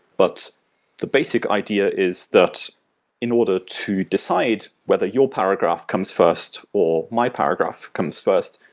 but the basic idea is that in order to decide whether your paragraph comes first, or my paragraph comes first,